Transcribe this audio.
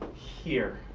here,